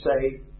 say